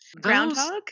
groundhog